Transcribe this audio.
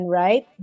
right